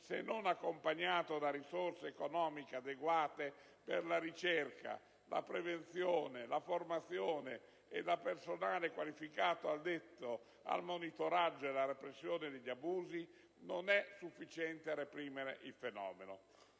se non accompagnata da risorse economiche adeguate per la ricerca, la prevenzione e la formazione e da personale qualificato addetto al monitoraggio e alla repressione degli abusi, non è sufficiente a reprimere il fenomeno.